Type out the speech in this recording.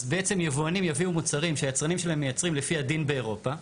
אז בעצם יבואנים יביאו מוצרים שהיצרנים שלהם מייצרים לפי הדין באירופה.